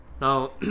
Now